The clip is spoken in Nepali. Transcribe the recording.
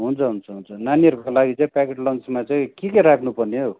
हुन्छ हुन्छ हुन्छ नानीहरूको लागि चाहिँ प्याकेट लन्चमा चाहिँ के के राख्नुपर्ने हौ